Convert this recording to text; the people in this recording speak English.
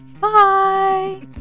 Bye